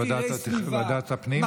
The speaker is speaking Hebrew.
בוועדת הפנים?